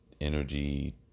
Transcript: energy